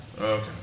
Okay